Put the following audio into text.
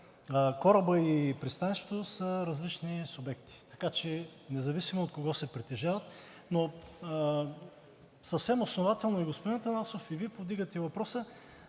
Корабът и пристанището са различни субекти, така че независимо от кого се притежават, но съвсем основателно и господин Атанасов, и Вие повдигате въпроса.